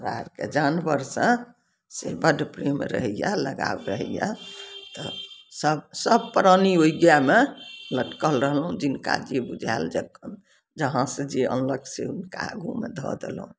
हमरा आरके जानवरसँ से बड्ड प्रेम रहइए लगाव रहइए सब सब प्राणी ओइ गायमे लटकल रहलहुँ जिनका जे बुझायल जखन जहाँसँ जे अनलक से हुनका आगुमे धऽ देलक